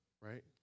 right